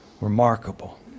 remarkable